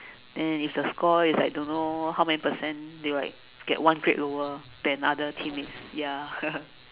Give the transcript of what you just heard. then if the score is like don't know how many percent they will like get one grade lower than other teammates ya